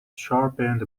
sharpened